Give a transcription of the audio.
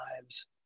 lives